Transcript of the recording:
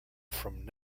from